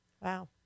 Wow